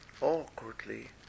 awkwardly